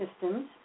systems